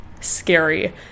scary